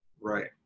Right